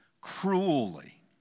cruelly